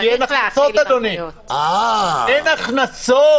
כי אין הכנסות.